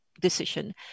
Decision